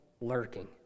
lurking